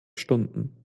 stunden